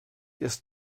ist